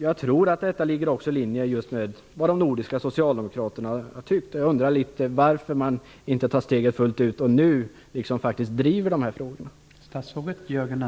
Jag tror också att detta ligger i linje med vad de nordiska socialdemokraterna tycker. Jag undrar då varför man inte tar steget fullt ut och nu driver de här frågorna.